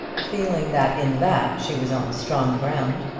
feeling that in that she was on strong ground.